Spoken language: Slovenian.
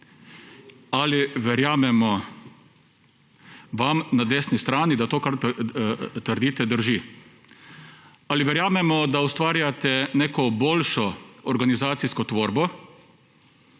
ali verjamemo vam, na desni strani, da to, kar trdite, drži? Ali verjamemo, da ustvarjate neko boljšo organizacijsko tvorbo,